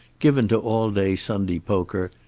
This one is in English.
given to all-day sunday poker,